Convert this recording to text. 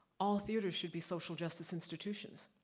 all theaters' should be social justice institutions.